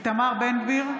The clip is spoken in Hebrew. איתמר בן גביר,